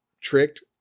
tricked